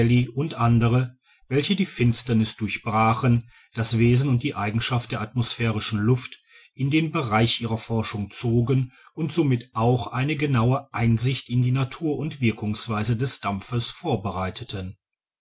u a welche die finsterniß durchbrachen das wesen und die eigenschaften der athmosphärischen luft in den bereich ihrer forschung zogen und somit auch eine genaue einsicht in die natur und wirkungsweise des dampfes vorbereiteten